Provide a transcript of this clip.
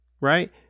right